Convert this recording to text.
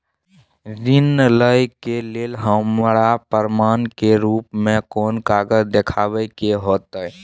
ऋण लय के लेल हमरा प्रमाण के रूप में कोन कागज़ दिखाबै के होतय?